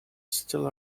still